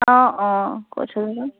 অঁ অঁ